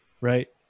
right